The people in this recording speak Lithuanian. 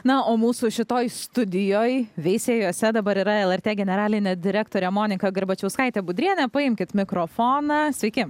na o mūsų šitoj studijoj veisiejuose dabar yra lrt generalinė direktorė monika garbačiauskaitė budrienė paimkit mikrofoną sveiki